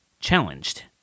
challenged